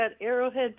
Arrowhead